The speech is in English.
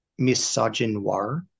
misogynoir